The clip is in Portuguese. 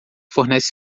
fornece